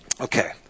Okay